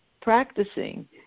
practicing